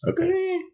Okay